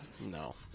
No